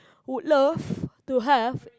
would love to have